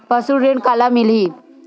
पशु ऋण काला मिलही?